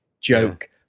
joke